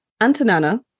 Antonana